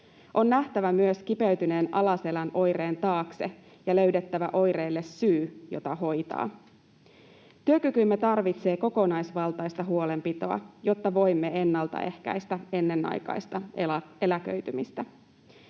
On nähtävä myös kipeytyneen alaselän oireen taakse ja löydettävä oireille syy, jota hoitaa. Työkykymme tarvitsee kokonaisvaltaista huolenpitoa, jotta voimme ennaltaehkäistä ennenaikaista eläköitymistä.